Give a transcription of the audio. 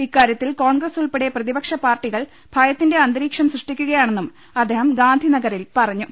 ഇക്കാര്യത്തിൽ കോൺഗ്രസ് ഉൾപ്പെടെ പ്രതിപക്ഷപാർട്ടികൾ ഭയത്തിന്റെ അന്തരീക്ഷം സൃഷ്ടി ക്കുകയാണെന്നും അദ്ദേഹം ഗാന്ധിനഗറിൽ പറഞ്ഞു